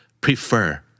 prefer